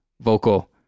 vocal